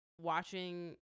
watching